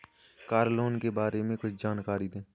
Car loan के बारे में कुछ जानकारी दें?